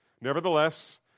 Nevertheless